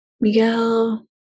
Miguel